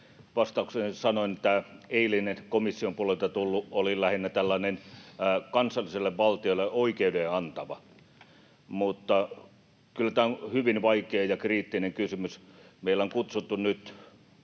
vastauksessani sanoin, tämä eilinen komission puolelta tullut oli lähinnä tällainen oikeuden kansallisille valtioille antava. Kyllä tämä on hyvin vaikea ja kriittinen kysymys. Meillä on kutsuttu nyt